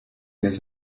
des